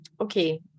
Okay